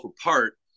apart